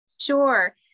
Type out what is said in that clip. Sure